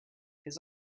his